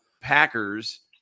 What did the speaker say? Packers